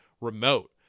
remote